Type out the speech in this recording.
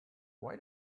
why